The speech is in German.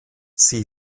sie